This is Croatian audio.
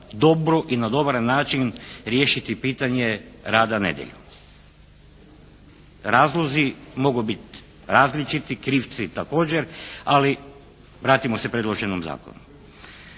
dobro i na dobar način riješiti pitanje rada nedjeljom. Razlozi mogu biti različiti. Krivci također, ali vratimo se predloženom zakonu.